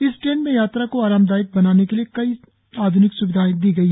इस ट्रेन में यात्रा को आरामदैक बनाने के लिए कई आध्निक स्विधाएं दी गई है